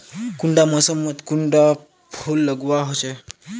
कुंडा मोसमोत कुंडा फुल लगवार होछै?